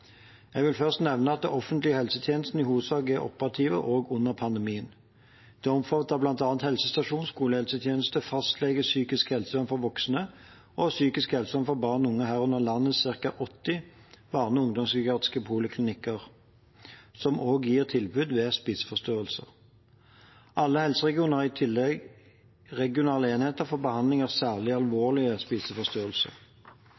Jeg vil først nevne at de offentlige helsetjenestene i hovedsak er operative, også under pandemien. Det omfatter bl.a. helsestasjons- og skolehelsetjeneste, fastleger, psykisk helsevern for voksne og psykisk helsevern for barn og unge, herunder landets ca. 80 barne- og ungdomspsykiatriske poliklinikker, som også gir tilbud ved spiseforstyrrelser. Alle helseregionene har i tillegg regionale enheter for behandling av særlig